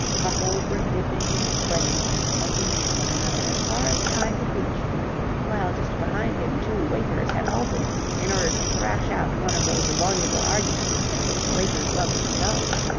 couples were dipping and swaying and bumping into one another as far as the eye could reach while just behind him two waiters had halted in order to thrash out one of those voluble arguments in which waiters love to indulge.